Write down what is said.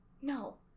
No